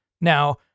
Now